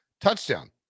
touchdown